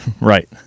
right